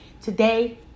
today